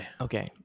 okay